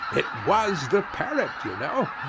it was the parrot, you know.